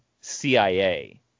CIA